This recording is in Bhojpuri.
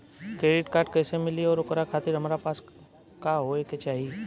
क्रेडिट कार्ड कैसे मिली और ओकरा खातिर हमरा पास का होए के चाहि?